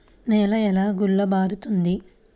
నేల ఎలా గుల్లబారుతుంది?